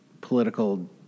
political